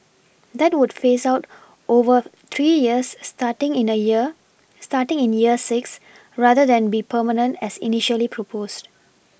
that would phase out over three years starting in the year starting in year six rather than be permanent as initially proposed